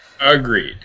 Agreed